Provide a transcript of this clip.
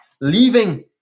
leaving